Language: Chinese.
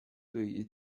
对于